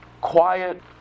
quiet